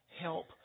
help